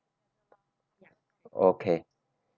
okay